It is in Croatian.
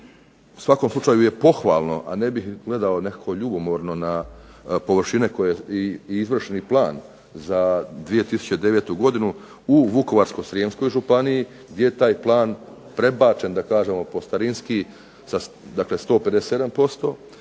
svakom slučaju je pohvalno, a ne bih gledao nekako ljubomorno na površine koje i izvršni plan za 2009. godinu u Vukovarsko-srijemskoj županiji gdje je taj plan prebačen da kažemo po starinski dakle 157%